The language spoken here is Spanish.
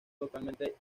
totalmente